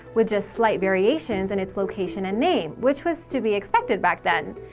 with just slight variations in its location and name, which was to be expected back then.